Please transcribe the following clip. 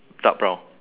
dark brown